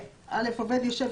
(א)עובד ישב,